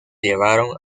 llevaron